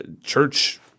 church